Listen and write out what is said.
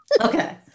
Okay